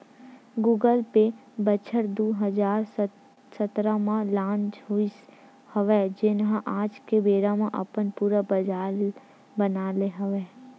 Google pay बछर दू हजार सतरा म लांच होइस हवय जेन ह आज के बेरा म अपन पुरा बजार बना ले हवय